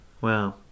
Wow